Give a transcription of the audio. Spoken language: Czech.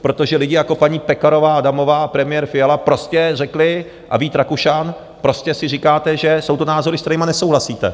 Protože lidi jako paní Pekarová Adamová a premiér Fiala prostě řekli, a Vít Rakušan, prostě si říkáte, že jsou to názory, s kterými nesouhlasíte.